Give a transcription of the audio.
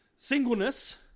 singleness